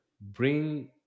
bring